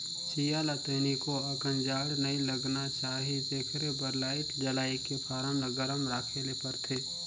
चीया ल तनिको अकन जाड़ नइ लगना चाही तेखरे बर लाईट जलायके फारम ल गरम राखे ले परथे